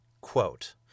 quote